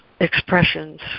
expressions